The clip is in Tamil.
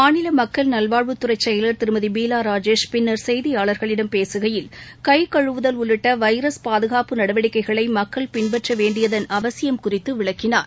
மாநில மக்கள் நல்வாழ்வுத்துறை செயலர் திருமதி பீலா ராஜேஷ் பின்னர் செய்தியாளர்களிடம் பேசுகையில் கை கழுவுதல் உள்ளிட்ட வைரஸ் பாதுகாப்பு நடவடிக்கைகளை மக்கள் பின்பற்ற வேண்டியதன் அவசியம் குறித்து விளக்கினார்